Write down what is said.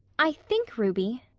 i think, ruby,